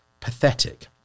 pathetic